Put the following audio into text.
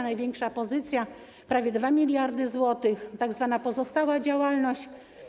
Największa pozycja, prawie 2 mld zł, to tzw. pozostała działalność.